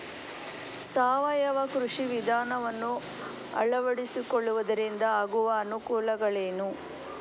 ಸಾವಯವ ಕೃಷಿ ವಿಧಾನವನ್ನು ಅಳವಡಿಸಿಕೊಳ್ಳುವುದರಿಂದ ಆಗುವ ಅನುಕೂಲಗಳೇನು?